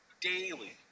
daily